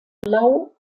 blau